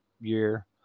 year